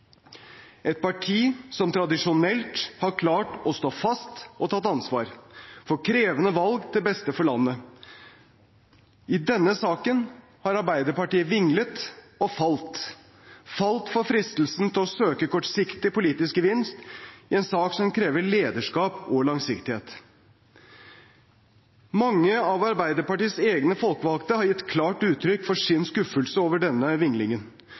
et parti som tradisjonelt har klart å stå fast og tatt ansvar for krevende valg til beste for landet. I denne saken har Arbeiderpartiet vinglet og falt, falt for fristelsen til å søke kortsiktig politisk gevinst i en sak som krever lederskap og langsiktighet. Mange av Arbeiderpartiets egne folkevalgte har gitt klart uttrykk for sin skuffelse over denne vinglingen